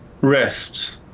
rest